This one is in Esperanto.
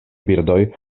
birdoj